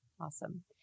Awesome